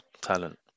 talent